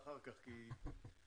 אדוני,